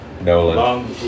Nolan